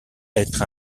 être